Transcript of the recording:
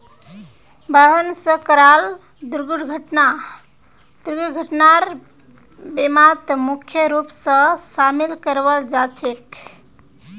वाहन स कराल दुर्घटना दुर्घटनार बीमात मुख्य रूप स शामिल कराल जा छेक